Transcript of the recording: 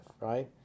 right